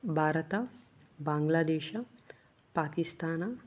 Bharat Bangladesh Pakistan